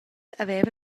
haveva